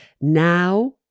Now